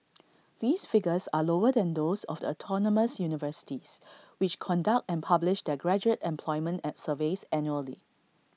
these figures are lower than those of the autonomous universities which conduct and publish their graduate and employment and surveys annually